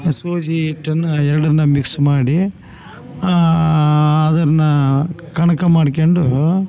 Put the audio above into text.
ಈ ಸೂಜಿ ಹಿಟ್ಟನ್ನ ಎರಡನ್ನ ಮಿಕ್ಸ್ ಮಾಡಿ ಅದನ್ನ ಕಣಕ ಮಾಡ್ಕ್ಯಂಡು